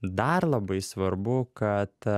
dar labai svarbu kad